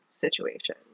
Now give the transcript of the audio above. situation